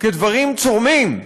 כדברים צורמים,